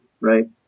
right